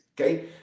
Okay